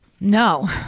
No